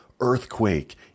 earthquake